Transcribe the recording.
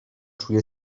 czuję